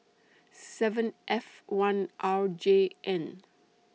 seven F one R J N